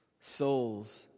souls